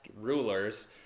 rulers